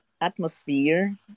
atmosphere